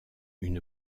une